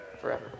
forever